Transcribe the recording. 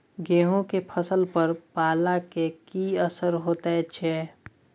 गेहूं के फसल पर पाला के की असर होयत छै?